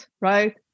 right